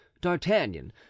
d'artagnan